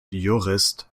jurist